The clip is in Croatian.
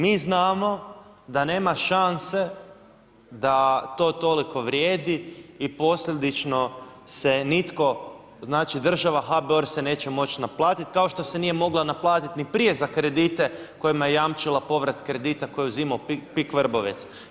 Mi znamo da nema šanse da to toliko vrijedi i posljedično se nitko, znači država, HBOR se neće moći naplatiti kao što se nije mogla naplatiti ni prije za kredite kojima je jamčila povrat kredita koje je uzimao PIK Vrbovec.